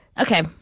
Okay